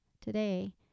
today